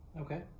Okay